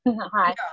Hi